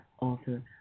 author